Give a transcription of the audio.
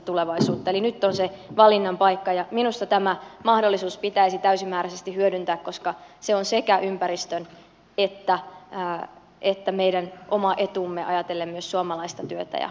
eli nyt on se valinnan paikka ja minusta tämä mahdollisuus pitäisi täysimääräisesti hyödyntää koska se on sekä ympäristön että meidän oma etu ajatellen myös suomalaista työtä ja tulevaisuutta